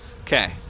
Okay